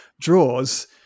draws